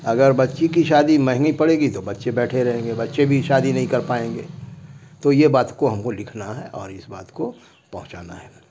اگر بچی کی شادی مہنگی پڑے گی تو بچے بیٹھے رہیں گے بچے بھی شادی نہیں کر پائیں گے تو یہ بات کو ہم کو لکھنا ہے اور اس بات کو پہنچانا ہے